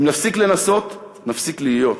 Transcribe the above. אם נפסיק לנסות, נפסיק להיות.